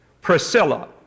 Priscilla